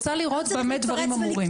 אין בעיה, אני רוצה לראות במה דברים אמורים.